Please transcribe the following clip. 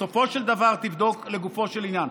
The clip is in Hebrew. בסופו של דבר תבדוק לגופו של עניין.